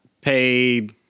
pay